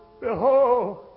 Behold